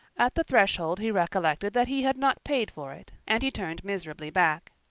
at the threshold he recollected that he had not paid for it and he turned miserably back.